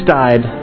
died